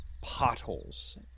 potholes